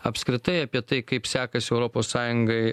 apskritai apie tai kaip sekasi europos sąjungai